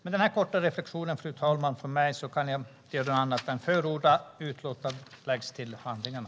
Med denna korta reflektion, fru talman, kan jag väl inte göra annat än att yrka bifall till utskottets förslag att lägga utlåtandet till handlingarna.